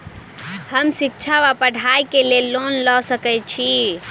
हम शिक्षा वा पढ़ाई केँ लेल लोन लऽ सकै छी?